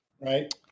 Right